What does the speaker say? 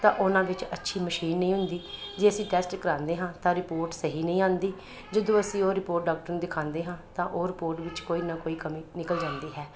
ਤਾਂ ਉਹਨਾਂ ਵਿੱਚ ਅੱਛੀ ਮਸ਼ੀਨ ਨਹੀਂ ਹੁੰਦੀ ਜੇ ਅਸੀ ਟੈੱਸਟ ਕਰਾਉਂਦੇ ਹਾਂ ਤਾਂ ਰਿਪੋਰਟ ਸਹੀ ਨਹੀਂ ਆਉਦੀ ਜਦੋਂ ਅਸੀਂ ਉਹ ਰਿਪੋਰਟ ਡਾਕਟਰ ਨੂੰ ਦਿਖਾਉਂਦੇ ਹਾਂ ਤਾਂ ਉਹ ਰਿਪੋਰਟ ਵਿੱਚ ਕੋਈ ਨਾ ਕੋਈ ਕਮੀ ਨਿਕਲ ਜਾਂਦੀ ਹੈ